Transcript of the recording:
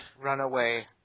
Runaway